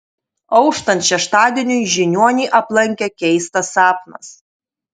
auštant šeštadieniui žiniuonį aplankė keistas sapnas